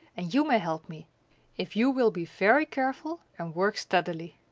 and you may help me if you will be very careful and work steadily.